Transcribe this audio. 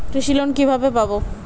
কৃষি লোন কিভাবে পাব?